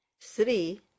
Three